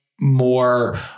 more